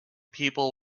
people